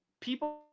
people